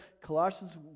Colossians